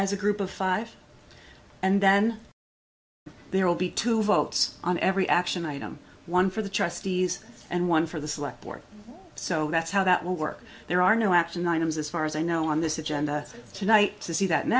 as a group of five and then there will be two votes on every action item one for the trustees and one for the select board so that's how that will work there are no action items as far as i know on this agenda tonight to see that